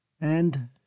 And